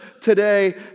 today